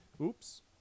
Oops